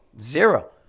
zero